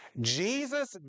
Jesus